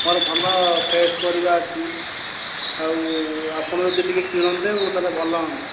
ମୋର ଭଲ ଫ୍ରେସ୍ ପରିବା ଅଛି ଆଉ ଆପଣ ଯଦି ଟିକିଏ କିଣନ୍ତେ ତା'ହେଲେ ଭଲ ହୁଅନ୍ତା